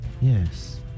Yes